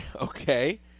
Okay